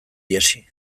ihesi